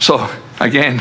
so again